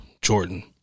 Jordan